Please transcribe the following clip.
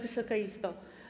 Wysoka Izbo!